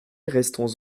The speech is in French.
restons